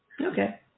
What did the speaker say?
Okay